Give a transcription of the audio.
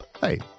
Hey